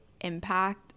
impact